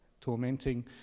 tormenting